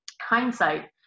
Hindsight